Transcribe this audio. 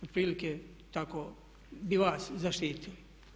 Otprilike tako bi vas zaštitili.